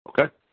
Okay